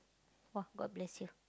!wah! god bless you